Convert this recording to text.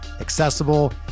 accessible